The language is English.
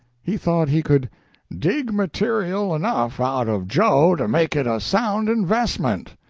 he thought he could dig material enough out of joe to make it a sound investment.